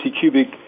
cubic